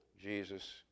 Jesus